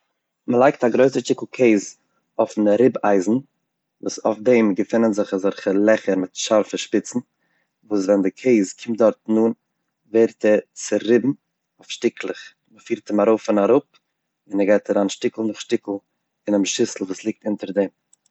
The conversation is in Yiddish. מען לייגט א גרויסע שטיקל קעז אויפן ריב אייזן, וואס אויף דעם געפינען זיך אזעלכע לעכער מיט שארפער שפיצן, וואס ווען די קעז קומט דארטן אן ווערט ער צוריבן אויף שטיקלעך, מען פירט אים ארויף און אראפ און עס גייט אריין שטיקל נאך שטיקל אינעם שיסל וואס ליגט אונטער דעם.